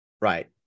Right